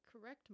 correct